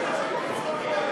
הכלכלית